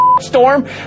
storm